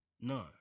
None